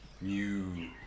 new